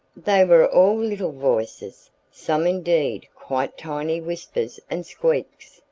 they were all little voices, some indeed quite tiny whispers and squeaks,